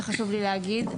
שחשוב לי להגיד,